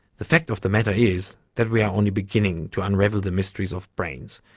the fact of the matter is that we are only beginning to unravel the mysteries of brains,